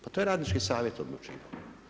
Pa to je radnički savjet odlučivao.